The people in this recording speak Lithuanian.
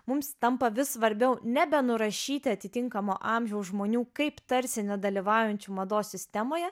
mums tampa vis svarbiau nebe nurašyti atitinkamo amžiaus žmonių kaip tarsi nedalyvaujančių mados sistemoje